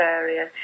area